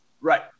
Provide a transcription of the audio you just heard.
Right